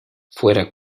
fuera